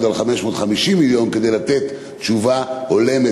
על 550 מיליון כדי לתת תשובה הולמת,